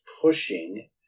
pushing